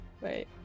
Wait